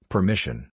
Permission